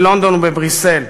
בלונדון ובבריסל,